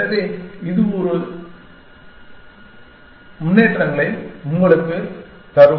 எனவே இது உங்களுக்கு சில முன்னேற்றங்களைத் தரும்